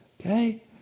okay